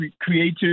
creative